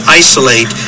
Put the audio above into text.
isolate